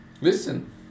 listen